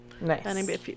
Nice